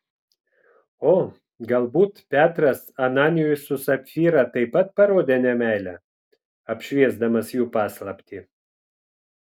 o galbūt petras ananijui su sapfyra taip pat parodė nemeilę apšviesdamas jų paslaptį